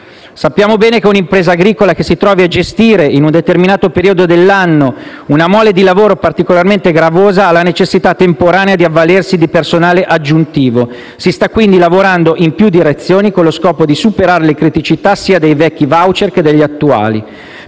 Sappiamo bene che un'impresa agricola che si trovi a gestire, in un determinato periodo dell'anno, una mole di lavoro particolarmente gravosa ha la necessità temporanea di avvalersi di personale aggiuntivo. Si sta, quindi, lavorando in più direzioni, con lo scopo di superare le criticità sia dei vecchi *voucher* sia degli attuali.